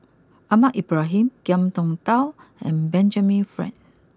Ahmad Ibrahim Ngiam Tong Dow and Benjamin Frank